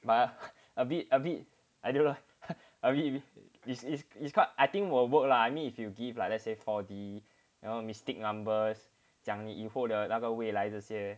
but a bit a bit I don't know I really if it's if it's quite I think will work lah I mean if you give like let's say four D you know mystic numbers 讲你以后的那个未来那些